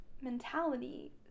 mentality